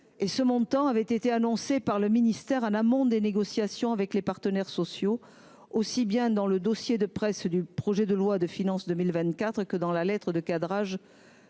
Ce montant avait été annoncé par le ministère en amont des négociations avec les partenaires sociaux, aussi bien dans le dossier de presse du projet de loi de finances pour 2024 que dans la lettre de cadrage